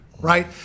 right